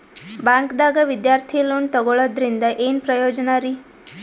ಬ್ಯಾಂಕ್ದಾಗ ವಿದ್ಯಾರ್ಥಿ ಲೋನ್ ತೊಗೊಳದ್ರಿಂದ ಏನ್ ಪ್ರಯೋಜನ ರಿ?